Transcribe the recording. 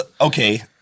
okay